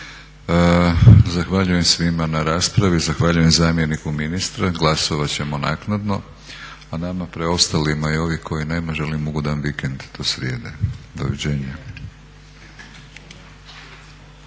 Zahvaljujem svima na raspravi, zahvaljujem zamjeniku ministra. Glasovat ćemo naknadno. Nama preostalima i ovima kojih nema želim ugodan vikend do srijede. Doviđenja.